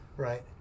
right